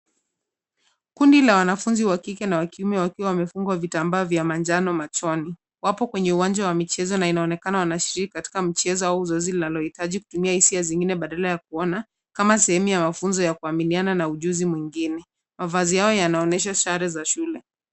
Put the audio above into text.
Kundi la wanafunzi wa kike na wa kiume wakiwa wamefungwa vitambaa vya manjano machoni. Wapo kwenye uwanja wa michezo na inaonekana wanashiriki katika mchezo au zoezi linalohitaji kutumia hisia zingine badala ya kuona, kama sehemu ya mafunzo ya kuaminiana na ujuzi mwingine. Mavazi yao yanaonyesha sare za shule.